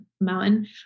mountain